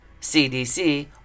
CDC